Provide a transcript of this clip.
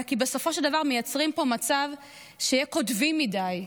אלא כי בסופו של דבר מייצרים פה מצב שיהיה קוטבי מדי,